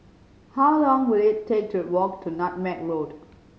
how long will it take to walk to Nutmeg Road